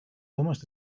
almost